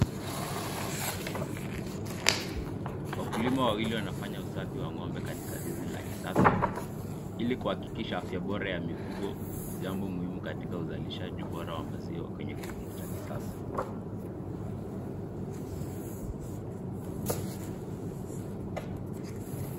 Wakulima wawili wanafanya usafi wa ng'ombe katika zizi la kisasa ili kuhakikisha afya bora ya mifugo, jambo muhimu katika uzalishaji bora wa maziwa kwenye kilimo ya kisasa.